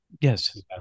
yes